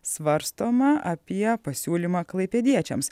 svarstoma apie pasiūlymą klaipėdiečiams